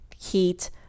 heat